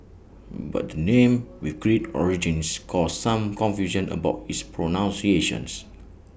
but the name with Greek origins caused some confusion about its pronunciation